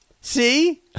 See